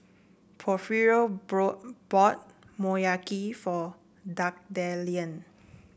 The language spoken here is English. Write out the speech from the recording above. Porfirio brought bought Motoyaki for Magdalen